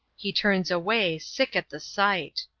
he turns away, sick at the sight.